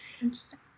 Interesting